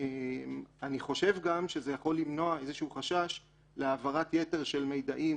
אני חושב שזה גם יכול למנוע איזה חשש להעברת יתר של מידעים